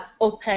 open